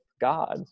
God